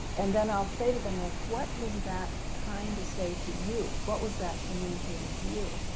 and then i'll say to them, well what was that trying to say to you? what was that communicating to you?